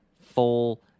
full